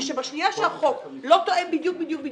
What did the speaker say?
בשנייה שהחוק לא תואם בדיוק את